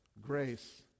grace